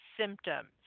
symptoms